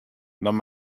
noch